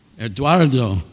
Eduardo